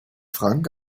frank